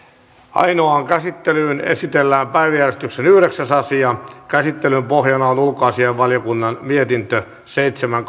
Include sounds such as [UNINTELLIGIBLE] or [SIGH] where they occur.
ainoaan käsittelyyn esitellään päiväjärjestyksen yhdeksäs asia käsittelyn pohjana on ulkoasiainvaliokunnan mietintö seitsemän [UNINTELLIGIBLE]